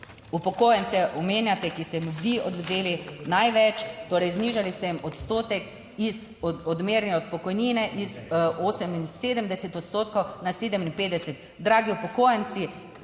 Upokojence omenjate, ki ste jim vi odvzeli največ, torej znižali ste jim odstotek iz odmerne pokojnine iz 78 odstotkov na 57. Dragi upokojenci,